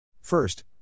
First